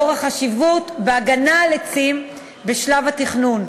לאור החשיבות בהגנה על עצים בשלב התכנון,